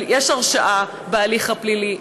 יש הרשעה בהליך הפלילי,